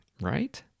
Right